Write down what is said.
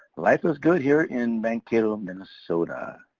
life is good here in mankato, minnesota.